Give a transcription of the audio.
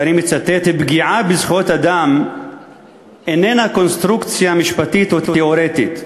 ואני מצטט: "פגיעה בזכויות אדם איננה קונסטרוקציה משפטית או תיאורטית.